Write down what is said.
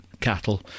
cattle